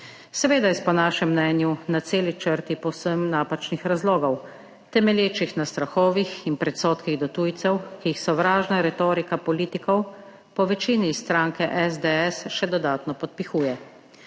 Seveda iz, po našem mnenju, na celi črti povsem napačnih razlogov, temelječih na strahovih in predsodkih do tujcev, ki jih sovražna retorika politikov po večini stranke SDS še dodatno podpihuje,